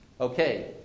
Okay